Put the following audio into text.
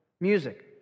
music